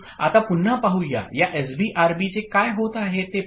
आता पुन्हा पाहूया या एसबी आरबीचे काय होत आहे ते पाहू